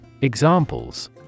Examples